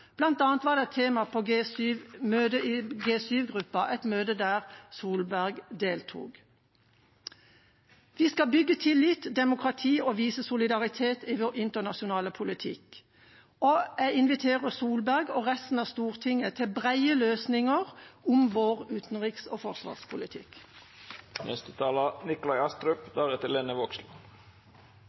var det tema på møtet i G7-gruppa, et møte der Erna Solberg deltok. Vi skal bygge tillit og demokrati og vise solidaritet i vår internasjonale politikk. Jeg inviterer Erna Solberg og resten av Stortinget til brede løsninger om vår utenriks- og forsvarspolitikk.